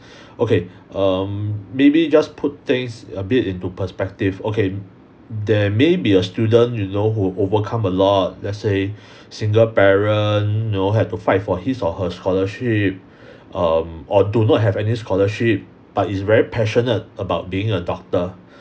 okay um maybe just put things a bit into perspective okay there may be a student you know who overcome a lot let's say single parent you know had to fight for his or her scholarship um or do not have any scholarship but is very passionate about being a doctor